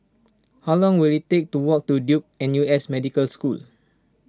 how long will it take to walk to Duke N U S Medical School